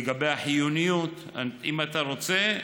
לגבי החיוניות, אם אתה רוצה,